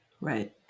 Right